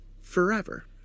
Forever